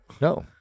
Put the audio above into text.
No